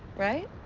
right?